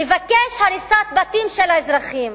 לבקש הריסת בתים של האזרחים.